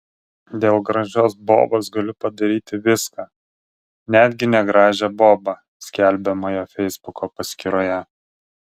dėl gražios bobos galiu padaryti viską netgi negražią bobą skelbiama jo feisbuko paskyroje